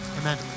Amen